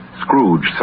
Scrooge